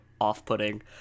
off-putting